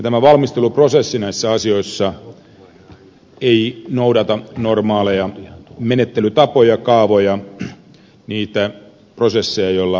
tämä valmisteluprosessi näissä asioissa ei noudata normaaleja menettelytapoja kaavoja niitä prosesseja joilla unionissa valmistelu tapahtuu